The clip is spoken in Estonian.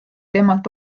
temalt